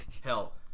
Hell